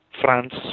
France